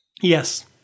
Yes